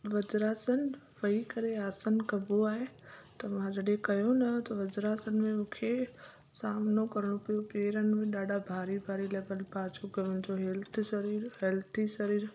वज्रासन वेही करे आसन कबो आहे त मां ज कयो न त वज्रासन में मूंखे सामिनो करिणो पियो पेरनि में ॾाढा भारी भारी लॻनि पिया छो की मुंहिंजो हेल्थ शरीर हेल्थी शरीरु